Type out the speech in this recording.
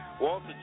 Walter